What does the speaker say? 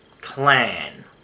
clan